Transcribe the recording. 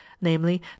namely